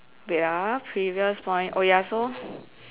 wait ah previous point oh ya so